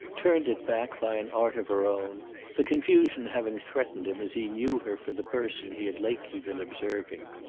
turned it back, by an art of her own the confusion having threatened him as he knew her for the person he had lately been observing.